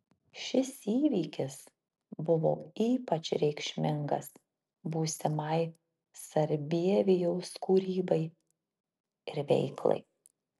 šis įvykis buvo ypač reikšmingas būsimai sarbievijaus kūrybai ir veiklai